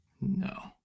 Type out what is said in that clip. No